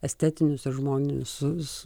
estetinius ir žmones su su